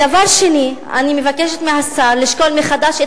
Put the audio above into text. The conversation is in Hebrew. דבר שני, אני מבקשת מהשר לשקול מחדש את